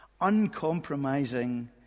uncompromising